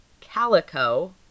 calico